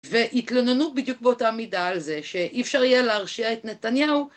והתלוננות בדיוק באותה מידה על זה שאי אפשר יהיה להרשיע את נתניהו